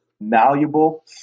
malleable